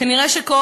כנראה שכל